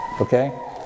Okay